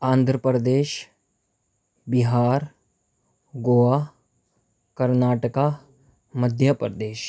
Andhra Pradesh Bihar Goa Karnataka Madhya Pradesh